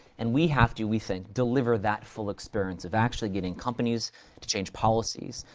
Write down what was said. and we have to, we think, deliver that full experience, of actually getting companies to change policies,